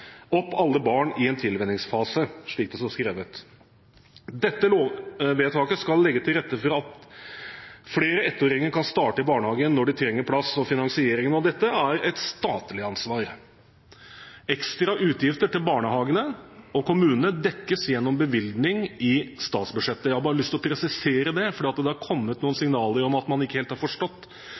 opp alle barn i en tilvenningsfase.» Dette lovvedtaket skal legge til rette for at flere ettåringer kan starte i barnehagen når de trenger plass, og finansieringen av dette er et statlig ansvar. Ekstra utgifter til barnehagene og kommunene dekkes gjennom bevilgning i statsbudsjettet. Jeg har bare lyst til å presisere det, for det har kommet noen signaler om at man ikke helt har forstått